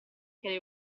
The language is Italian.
chiedo